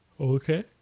Okay